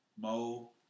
Mo